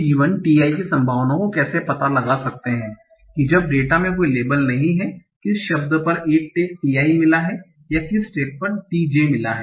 t i की संभावना को कैसे पता लगा सकते हैं कि जब डेटा में कोई लेबल नहीं है किस शब्द पर एक टैग t i मिला है या किस पर t j मिला है